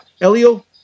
Elio